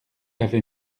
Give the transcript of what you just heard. avait